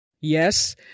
Yes